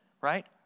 right